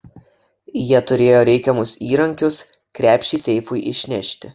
jie turėjo reikiamus įrankius krepšį seifui išnešti